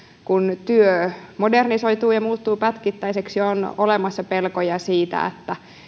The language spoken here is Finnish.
kun työ modernisoituu ja muuttuu pätkittäiseksi on olemassa pelkoja siitä